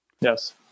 yes